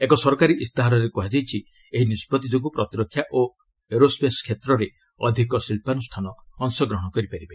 ଏକ ସରକାରୀ ଇସ୍ତାହାରରେ କୁହାଯାଇଛି ଏହି ନିଷ୍ପଭି ଯୋଗୁଁ ପ୍ରତିରକ୍ଷା ଓ ଏରୋସ୍େସ୍ କ୍ଷେତ୍ରରେ ଅଧିକ ଶିଳ୍ପାନୃଷ୍ଣାନ ଅଂଶଗ୍ରହଣ କରିପାରିବେ